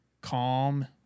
calm